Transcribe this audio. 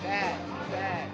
that that